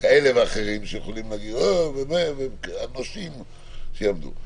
כאלה ואחרים, נושים שיעמדו.